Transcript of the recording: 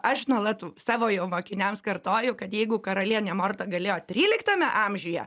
aš nuolat savo jau mokiniams kartoju kad jeigu karalienė morta galėjo tryliktame amžiuje